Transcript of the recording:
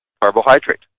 Carbohydrate